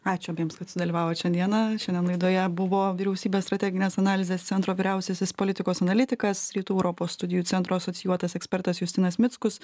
ačiū abiems kad sudalyvavot šiandieną šiandien laidoje buvo vyriausybės strateginės analizės centro vyriausiasis politikos analitikas rytų europos studijų centro asocijuotas ekspertas justinas mickus